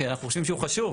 כי אנחנו חושבים שהוא חשוב.